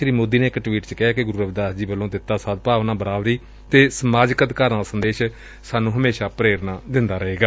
ਸ੍ਰੀ ਮੋਦੀ ਨੇ ਇਕ ਟਵੀਟ ਚ ਕਿਹਾ ਕਿ ਗੁਰੂ ਰਵੀਦਾਸ ਜੀ ਵੱਲੋ ਦਿਤਾ ਸਦਭਾਵਨਾ ਬਰਾਬਰੀ ਅਤੇ ਸਮਾਜਿਕ ਅਧਿਕਾਰਾ ਦਾ ਸੰਦੇਸ਼ ਸਾਨੰ ਹਮੇਸ਼ਾ ਪੇਰਨਾ ਦਿੰਦਾ ਰਹੇਗਾ